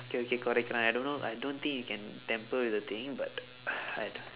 okay okay correct right I don't I don't think you can tamper with the thing but I